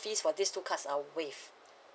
fees for these two cards are waive